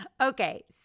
Okay